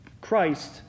Christ